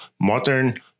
modern